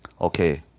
Okay